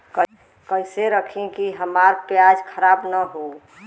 कइसे रखी कि हमार प्याज खराब न हो?